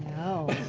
oh